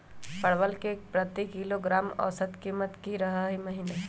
परवल के प्रति किलोग्राम औसत कीमत की रहलई र ई महीने?